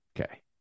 Okay